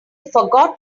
forgot